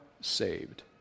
saved